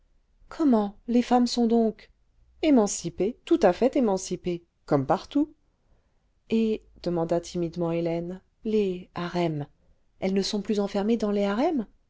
comment les femmes sont donc émancipées tout à fait émancipées comme partout le vingtième siècle et demanda timidement hélène les harems elles ne sont plus enfermées dans les